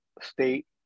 state